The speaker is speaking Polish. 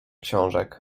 książek